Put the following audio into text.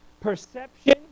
perception